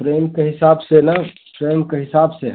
frame के हिसाब से ना फ्रेम के हिसाब से है